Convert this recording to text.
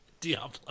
Diablo